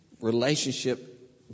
relationship